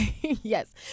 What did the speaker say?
Yes